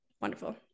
wonderful